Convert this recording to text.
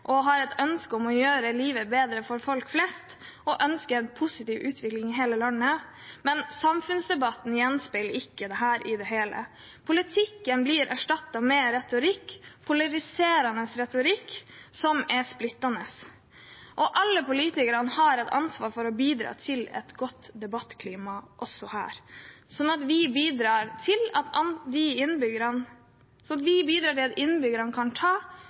de har et ønske om å gjøre livet bedre for folk flest og ønsker en positiv utvikling i hele landet, men samfunnsdebatten gjenspeiler ikke dette i det hele tatt. Politikken blir erstattet med retorikk, polariserende retorikk, som er splittende. Alle politikere har et ansvar for å bidra til et godt debattklima – også her, slik at vi bidrar til at innbyggerne kan ta